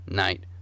night